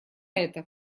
это